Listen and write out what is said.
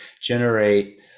generate